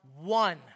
one